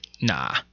nah